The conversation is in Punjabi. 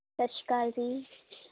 ਸਤਿ ਸ਼੍ਰੀ ਅਕਾਲ ਜੀ